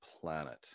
planet